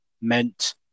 meant